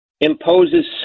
imposes